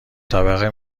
طبقه